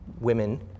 women